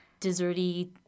desserty